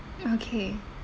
okay